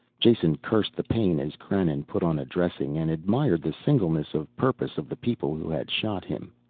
jason cursed the pain as krannon put on a dressing, and admired the singleness of purpose of the people who had shot him.